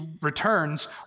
returns